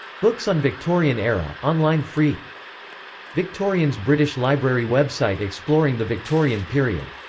books on victorian era online free victorians british library website exploring the victorian period.